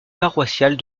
paroissiale